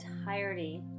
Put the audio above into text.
entirety